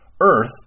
earth